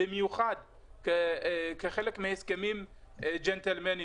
במיוחד כחלק מהסכמים ג'נטלמנים,